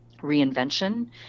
reinvention